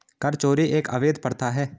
कर चोरी एक अवैध प्रथा है